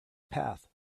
path